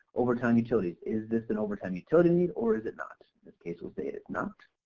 overtime utilities is this an overtime utility need or is not. this case we'll say it's not.